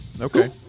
okay